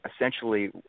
essentially